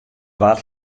waard